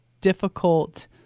difficult